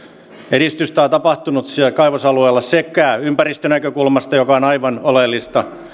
edistystä on tapahtunut siellä kaivosalueella sekä ympäristönäkökulmasta mikä on aivan oleellista että